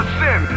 sin